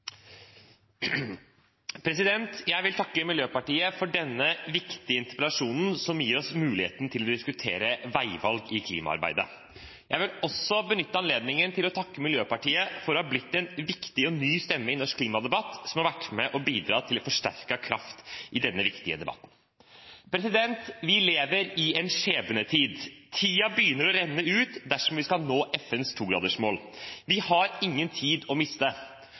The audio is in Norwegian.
lavutslippssamfunnet. Jeg vil takke Miljøpartiet De Grønne for denne viktige interpellasjonen, som gir oss muligheten til å diskutere veivalg i klimaarbeidet. Jeg vil også benytte anledningen til å takke Miljøpartiet De Grønne for å ha blitt en viktig og ny stemme i norsk klimadebatt, som har vært med å bidra til en forsterket kraft i denne viktige debatten. Vi lever i en skjebnetid. Tiden begynner å renne ut dersom vi skal nå FNs 2-gradersmål. Vi har ingen tid å miste.